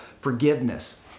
forgiveness